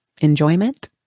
enjoyment